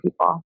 people